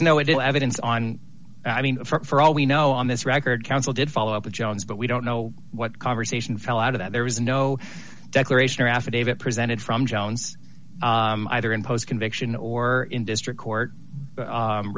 it evidence on i mean for all we know on this record counsel did follow up with jones but we don't know what conversation fell out of that there was no declaration or affidavit presented from jones either in post conviction or in district court